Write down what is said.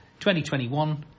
2021